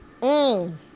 Mmm